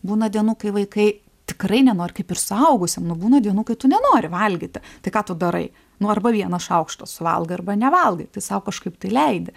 būna dienų kai vaikai tikrai nenori kaip ir suaugusiem nu būna dienų kai tu nenori valgyti tai ką tu darai nu arba vieną šaukštą suvalgai arba nevalgai tai sau kažkaip tai leidi